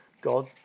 God